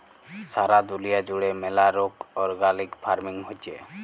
সারা দুলিয়া জুড়ে ম্যালা রোক অর্গ্যালিক ফার্মিং হচ্যে